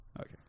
Okay